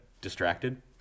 distracted